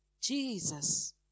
Jesus